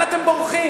לאן אתם בורחים?